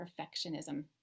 perfectionism